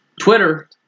Twitter